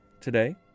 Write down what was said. Today